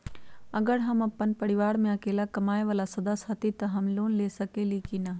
अगर हम अपन परिवार में अकेला कमाये वाला सदस्य हती त हम लोन ले सकेली की न?